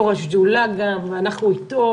הוא יושב-ראש השדולה ואנחנו איתו,